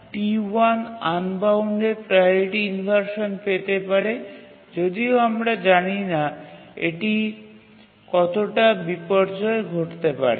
T1 unbounded priority inversion পেতে পারে যদিও আমরা জানি না এটির কতটা বিপর্যয় ঘটতে পারে